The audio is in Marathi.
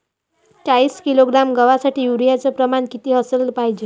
चाळीस किलोग्रॅम गवासाठी यूरिया च प्रमान किती असलं पायजे?